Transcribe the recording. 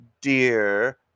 dear